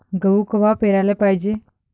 गहू कवा पेराले पायजे?